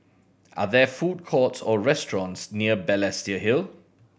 are there food courts or restaurants near Balestier Hill